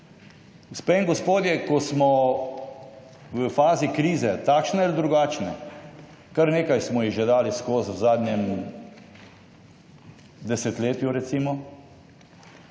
Gospe in gospodje, ko smo v fazi krize takšne ali drugačne, kar nekaj smo jih že dali skoz v zadnjem desetletju recimo.